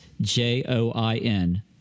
J-O-I-N